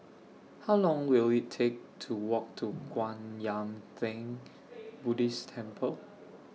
How Long Will IT Take to Walk to Kwan Yam Theng Buddhist Temple